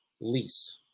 lease